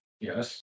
Yes